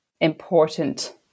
important